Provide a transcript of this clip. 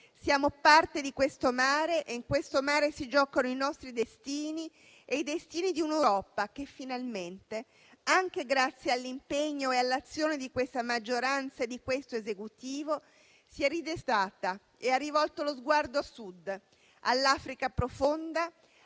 siamo parte di questo mare e in questo mare si giocano i nostri destini e i destini di un'Europa che finalmente, anche grazie all'impegno e all'azione di questa maggioranza e di questo Esecutivo, si è ridestata e ha rivolto lo sguardo a Sud, all'Africa profonda,